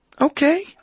okay